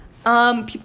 People